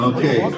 Okay